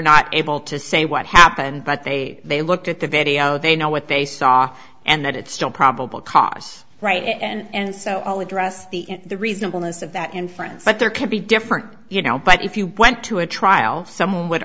not able to say what happened but they they looked at the video they know what they saw and that it's still probable cause right and so i'll address the the reasonableness of that inference but there can be different you know but if you went to a trial some would